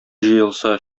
җыелса